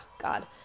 God